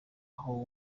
aho